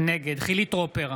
נגד חילי טרופר,